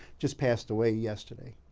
just passed away yesterday.